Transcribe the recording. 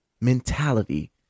mentality